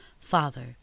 Father